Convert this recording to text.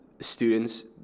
students